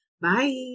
Bye